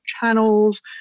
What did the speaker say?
channels